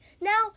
Now